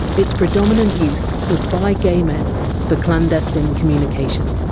its predominant use was by gay men for clandestine communication.